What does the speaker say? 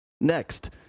Next